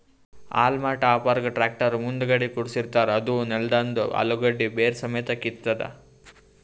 haulm ಟಾಪರ್ಗ್ tractor ಮುಂದಗಡಿ ಕುಡ್ಸಿರತಾರ್ ಅದೂ ನೆಲದಂದ್ ಅಲುಗಡ್ಡಿ ಬೇರ್ ಸಮೇತ್ ಕಿತ್ತತದ್